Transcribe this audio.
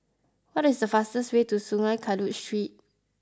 what is the fastest way to Sungei Kadut Street